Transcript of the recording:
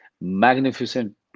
magnificent